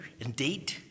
Indeed